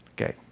Okay